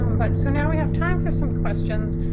um but so now we have time for some questions.